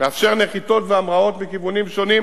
לאפשר נחיתות והמראות בכיוונים שונים